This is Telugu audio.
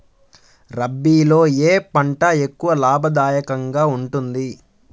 రబీలో ఏ పంట ఎక్కువ లాభదాయకంగా ఉంటుంది?